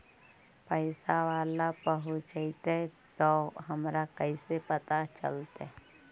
पैसा बाला पहूंचतै तौ हमरा कैसे पता चलतै?